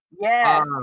Yes